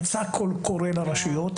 יצא קול קורא לרשויות.